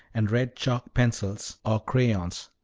and red chalk pencils or crayons.